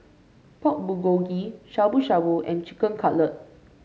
Pork Bulgogi Shabu Shabu and Chicken Cutlet